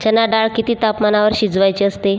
चणा डाळ किती तापमानावर शिजवायची असते